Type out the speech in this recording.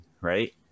right